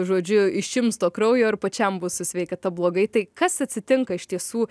žodžiu išims to kraujo ir pačiam bus su sveikata blogai tai kas atsitinka iš tiesų